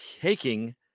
taking